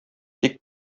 тик